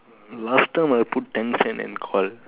the last time I put ten cent and call